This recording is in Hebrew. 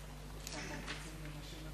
1496, 1506, 1546 ו-1620.